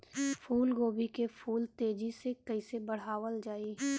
फूल गोभी के फूल तेजी से कइसे बढ़ावल जाई?